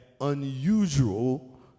unusual